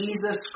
Jesus